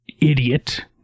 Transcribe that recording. idiot